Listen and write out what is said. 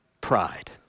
pride